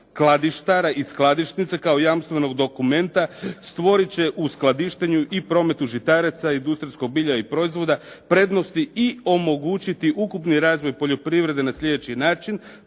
skladištara i skladišnica kao jamstvenog dokumenta stvoriti će u skladištenju i prometu žitarica, industrijskog bilja i proizvoda prednosti i omogućiti ukupni razvoj poljoprivrede na sljedeći način.